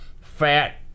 fat